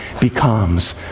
becomes